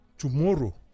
tomorrow